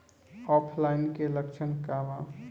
ऑफलाइनके लक्षण क वा?